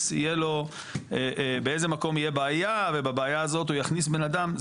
יהיה לו באיזה מקום יהיה בעיה ובבעיה הזאת הוא יכניס בן אדם.